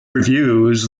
reviews